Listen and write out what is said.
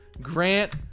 Grant